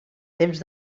temps